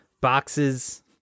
boxes